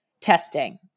testing